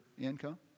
income